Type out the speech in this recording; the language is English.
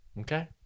okay